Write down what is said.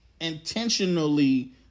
intentionally